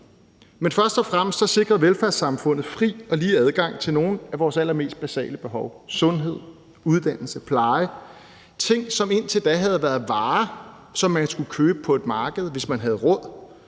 Men først og fremmest sikrer velfærdssamfundet fri og lige adgang til opfyldelse af nogle af vores allermest basale behov: sundhed, uddannelse og pleje. Ting, som indtil da havde været varer, man skulle købe på et marked, hvis man havde råd,